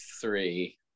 three